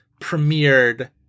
premiered